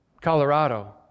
Colorado